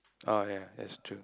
oh yea is true